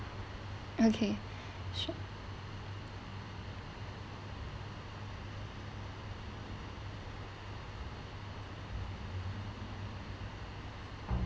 okay sure